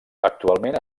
actualment